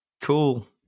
cool